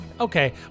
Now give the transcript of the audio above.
Okay